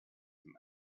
dem